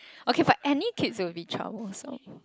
okay but any kids will be troublesome